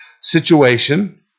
situation